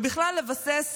ובכלל לבסס